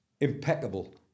impeccable